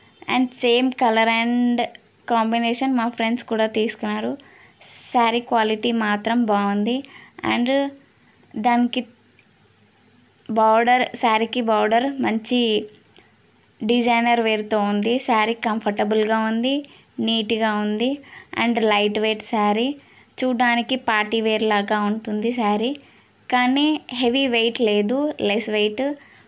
and same colour and combination మా friends కూడా తీసుకున్నారు స్యారీ క్వాలిటీ మాత్రం బాగుంది అండ్ దానికి బార్డర్ స్యారీకి బార్డర్ మంచి డిజైనర్ వేర్తో ఉంది స్యారీ కంఫర్టబుల్గా ఉంది నీట్గా ఉంది అండ్ లైట్ వెయిట్ స్యారీ చూడ్డానికి పార్టీ వేర్లాగా ఉంటుంది స్యారీ కానీ హెవీ వెయిట్ లేదు లెస్ వెయిట్